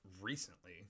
recently